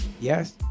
Yes